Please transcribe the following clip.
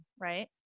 right